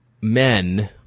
men